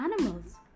animals